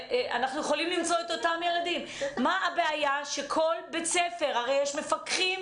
מה הבעיה שכל בית-ספר הרי יש מנהלים ומפקחים